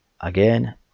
again